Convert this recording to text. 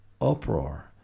uproar